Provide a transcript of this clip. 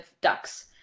ducks